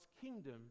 kingdom